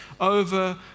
over